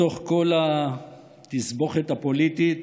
בתוך כל התסבוכת הפוליטית